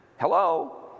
hello